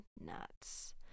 nuts